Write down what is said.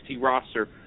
roster